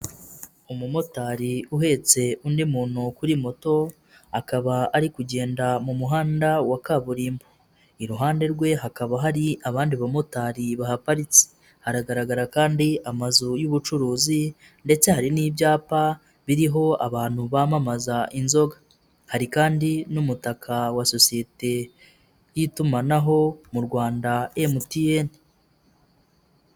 Umumotari uhetse undi muntu kuri moto, akaba ari kugenda mu muhanda wa kaburimbo, iruhande rwe hakaba hari abandi bamotari bahaparitse, haragaragara kandi amazu y'ubucuruzi ndetse hari n'ibyapa biriho abantu bamamaza inzoga, hari kandi n'umutaka wa sosiyete y'itumanaho mu Rwanda MTN.